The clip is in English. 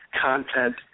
content